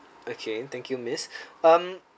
okay thank you miss um